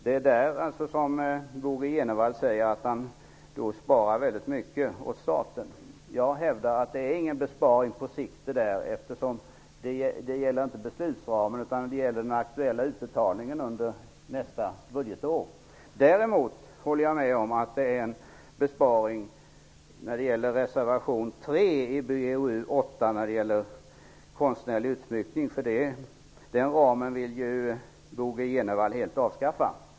Det är där som Bo G Jenevall säger att han sparar väldigt mycket åt staten. Jag hävdar att det inte är någon besparing på sikt. Det gäller inte beslutsramen, utan det gäller den aktuella utbetalningen under nästa budgetår. Däremot håller jag med om att det är en besparing i reservation 3 till BoU8, som gäller konstnärlig utsmyckning. Den ramen vill Bo G Jenevall helt avskaffa.